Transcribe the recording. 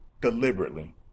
Deliberately